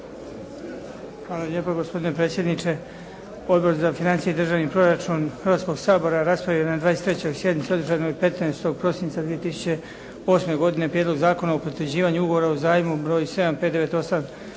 Hvala lijepa gospodine predsjedniče. Odbor za financije i državni proračun Hrvatskog sabora je raspravio na 23. sjednici održanoj 15. prosinca 2008. godine Prijedlog zakona o potvrđivanju Ugovora o zajmu broj 7598